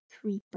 Creeper